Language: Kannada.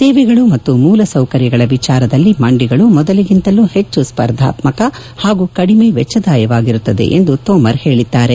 ಸೇವೆಗಳು ಮತ್ತು ಮೂಲ ಸೌಕರ್ಯಗಳ ವಿಚಾರದಲ್ಲಿ ಮಂಡಿಗಳು ಮೊದಲಿಗಿಂತಲೂ ಹೆಚ್ಚು ಸ್ಪರ್ಧಾತ್ಮಕ ಹಾಗೂ ಕಡಿಮ ವೆಚ್ಚದಾಯವಾಗಿರುತ್ತವೆ ಎಂದು ತೋಮರ್ ಹೇಳಿದ್ದಾರೆ